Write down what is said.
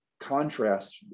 contrast